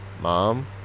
Mom